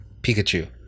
Pikachu